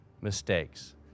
mistakes